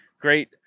great